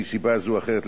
מסיבה זו אחרת,